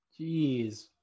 Jeez